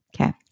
Okay